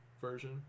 version